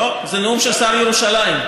זה נאום של ראש עיר, לא, זה נאום של שר ירושלים,